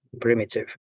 primitive